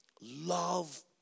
Love